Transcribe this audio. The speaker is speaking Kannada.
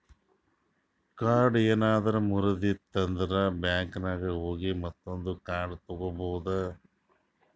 ಕಾರ್ಡ್ ಏನಾರೆ ಮುರ್ದಿತ್ತಂದ್ರ ಬ್ಯಾಂಕಿನಾಗ್ ಹೋಗಿ ಮತ್ತೊಂದು ಕಾರ್ಡ್ ತಗೋಬೋದ್